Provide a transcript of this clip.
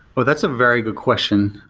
but that's a very good question.